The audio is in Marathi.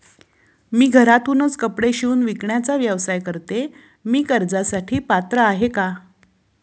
मी घरातूनच कपडे शिवून विकण्याचा व्यवसाय करते, मी कर्जासाठी पात्र आहे का?